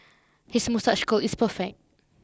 his moustache curl is perfect